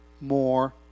more